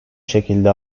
şekilde